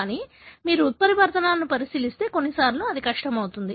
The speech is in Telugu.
కానీ మీరు ఉత్పరివర్తనాలను పరిశీలిస్తే కొన్నిసార్లు అది కష్టమవుతుంది